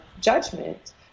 judgment